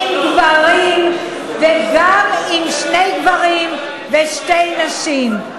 עם גברים, וגם עם שני גברים ושתי נשים.